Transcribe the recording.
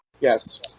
Yes